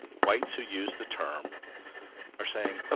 whites who use the term are saying,